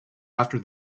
after